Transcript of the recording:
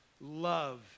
Love